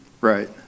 Right